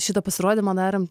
šitą pasirodymą darėm